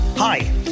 Hi